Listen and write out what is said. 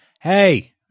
Hey